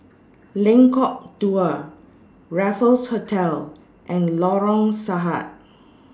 Lengkok Dua Raffles Hotel and Lorong Sahad